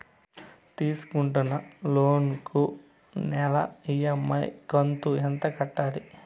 తీసుకుంటున్న లోను కు నెల ఇ.ఎం.ఐ కంతు ఎంత కట్టాలి?